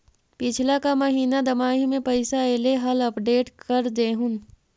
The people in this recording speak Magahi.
पिछला का महिना दमाहि में पैसा ऐले हाल अपडेट कर देहुन?